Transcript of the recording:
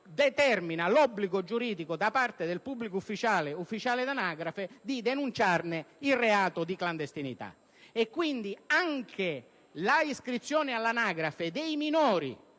determina l'obbligo giuridico da parte dello stesso pubblico ufficiale di denunciarne il reato di clandestinità. Quindi, anche l'iscrizione all'anagrafe dei minori